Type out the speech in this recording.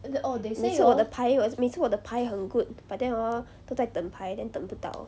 每次我的牌我每次我的牌很 good but then hor 都在等牌 then 等不到